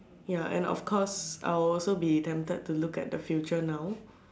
ya and of course I'll also be tempted to look at the future now